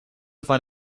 find